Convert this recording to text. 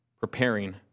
preparing